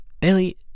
Billy